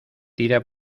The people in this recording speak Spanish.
tira